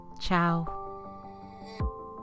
Ciao